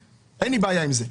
אין לי בעיה עם זה.